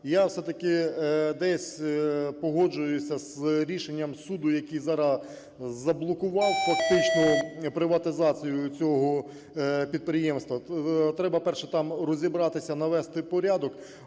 Я все-таки десь погоджуюся з рішенням суду, який зараз заблокував фактично приватизацію цього підприємства. Треба, перше – там розібратися, навести порядок,